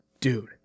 Dude